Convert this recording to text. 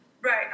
right